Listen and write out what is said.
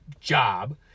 job